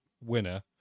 winner